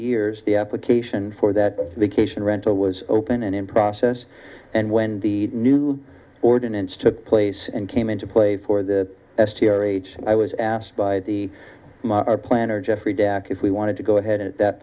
years the application for that vacation rental was open and in process and when the new ordinance took place and came into play for the past year or age i was asked by the planner jeffrey dak if we wanted to go ahead at that